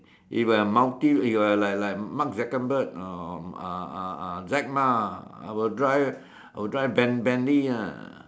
if I'm multi if I like like mark-Zuckerberg or or uh uh uh Jack-Ma I will drive I will drive ben~ bentley ah